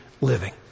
living